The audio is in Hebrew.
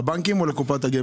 לבנקים או לקופת הגמל?